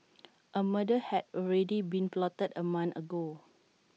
A murder had already been plotted A month ago